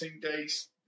days